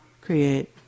create